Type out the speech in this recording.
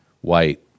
white